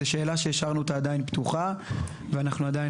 זו שאלה שהשארנו אותה פתוחה ואנחנו עדיין